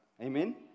Amen